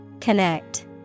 Connect